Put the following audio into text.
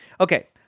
Okay